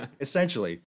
Essentially